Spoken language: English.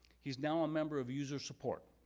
he is now a member of user support,